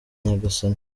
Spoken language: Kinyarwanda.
nyagasani